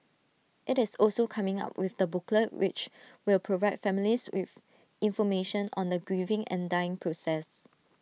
IT is also coming up with the booklet which will provide families with information on the grieving and dying process